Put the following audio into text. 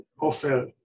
offer